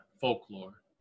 folklore